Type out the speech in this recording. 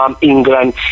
England